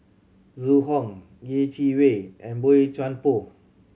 Zhu Hong Yeh Chi Wei and Boey Chuan Poh